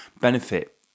benefit